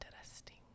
interesting